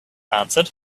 answered